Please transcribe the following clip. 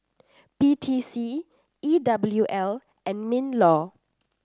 P T C E W L and Minlaw